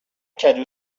کدو